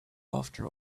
after